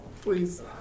Please